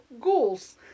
ghouls